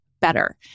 better